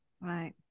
Right